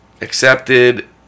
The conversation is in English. accepted